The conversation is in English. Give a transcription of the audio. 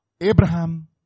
Abraham